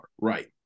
Right